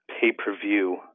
pay-per-view